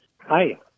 Hi